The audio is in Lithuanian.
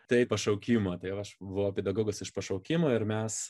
taip pašaukimą tai aš buvau pedagogas iš pašaukimo ir mes